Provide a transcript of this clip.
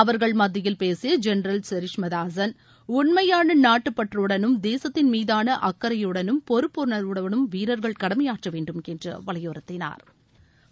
அவர்கள் மத்தியில் பேசிய ஜென்ரல் செரீஷ் மதாசன் உண்மையான நாட்டுப் பற்றுடனும் தேசத்தின்மீதான அக்கறையுடனும் பொறுப்புணர்வுடனும் வீரர்கள் கடமையாற்றவேண்டும் என்று வலியுறுத்தினாா்